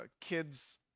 kids